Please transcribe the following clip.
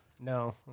No